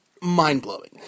mind-blowing